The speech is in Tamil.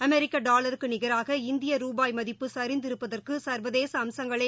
அமெரிக்க டாலருக்கு நிகராக இந்திய ருபாய் மதிப்பு சிந்திருப்பதற்கு ச்வதேச அம்சங்களே